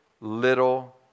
little